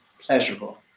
pleasurable